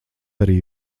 arī